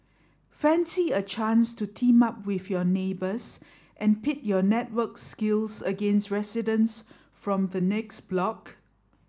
fancy a chance to team up with your neighbours and pit your networks skills against residents from the next block